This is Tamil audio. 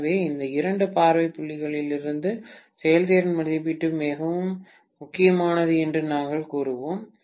எனவே இந்த இரண்டு பார்வை புள்ளிகளிலிருந்து செயல்திறன் மதிப்பீடு மிகவும் முக்கியமானது என்று நாங்கள் கூறுவோம்